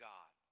God